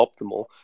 optimal